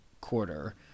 quarter